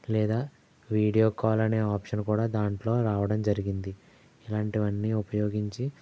లేదా video call అనే option కూడా దాంట్లో రావటం జరిగింది ఇలాంటివన్నీ ఉపయోగించి